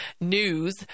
news